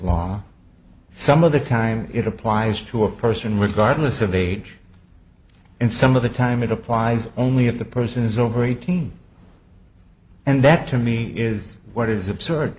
law some of the time it applies to a person regardless of age and some of the time it applies only if the person is over eighteen and that to me is what is absurd